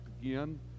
again